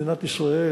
במדינת ישראל,